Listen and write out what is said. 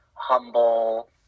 humble